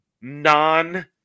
non